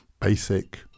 basic